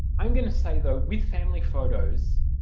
i'm going to say though with family photos,